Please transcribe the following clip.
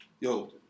Yo